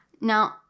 Now